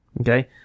Okay